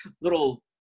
little